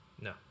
No